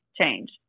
change